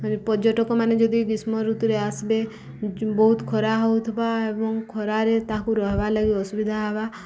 ପର୍ଯ୍ୟଟକମାନେ ଯଦି ଗ୍ରୀଷ୍ମ ଋତୁରେ ଆସିବେ ବହୁତ ଖରା ହଉଥିବା ଏବଂ ଖରାରେ ତାକୁ ରହିବାର୍ ଲାଗି ଅସୁବିଧା ହେବା